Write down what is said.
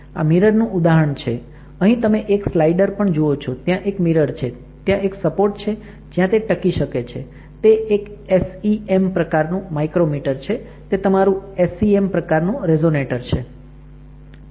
આ મિરર નું ઉદાહરણ છે અહી તમે એક સ્લાઇડર પણ જુઓ છો ત્યાં એક મિરર છે ત્યાં એક સપોર્ટ છે જ્યાં તે ટકી શકે છે તે એક SEM પ્રકારનું માઈક્રોમિટર છે તે તમારું SEM પ્રકારનું રેઝોનેટર છે